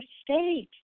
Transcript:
state